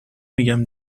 میگم